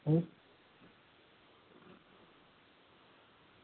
હ